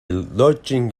lodging